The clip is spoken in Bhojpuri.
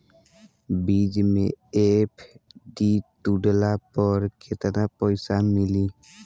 बीच मे एफ.डी तुड़ला पर केतना पईसा मिली?